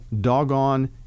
doggone